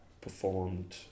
performed